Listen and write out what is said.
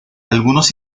algunos